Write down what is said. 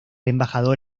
embajador